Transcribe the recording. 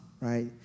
right